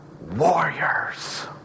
warriors